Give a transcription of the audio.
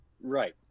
Right